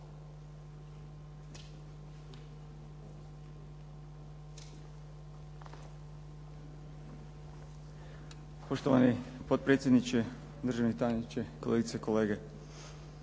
Poštovani potpredsjedniče, državni tajniče, kolegice i kolege.